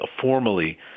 formally